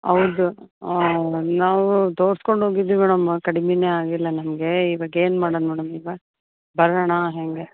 ಹೌದು ನಾವೂ ತೋರ್ಸ್ಕೊಂಡು ಹೋಗಿದ್ದೀವಿ ಮೇಡಮ್ ಕಡಿಮೆಯೇ ಆಗಿಲ್ಲ ನಮಗೆ ಇವಾಗ ಏನು ಮಾಡೋದು ಮೇಡಮ್ ಈಗ ಬರೋಣಾ ಹೇಗೆ